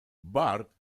bart